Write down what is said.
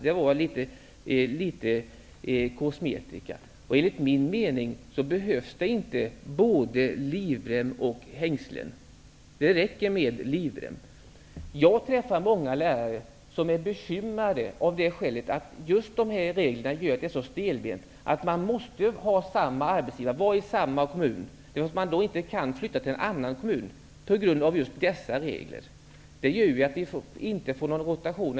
Det var litet kosmetika. Enligt min mening behövs det inte både livrem och hängslen. Det räcker med livrem. Jag träffar många lärare som är bekymrade av det skälet att just dessa regler gör att det är så stelbent. Man måste ha samma arbetsgivare, vara i samma kommun, osv., och man kan inte flytta till en annan kommun på grund av just dessa regler. Det gör att man inte får någon rotation.